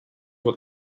what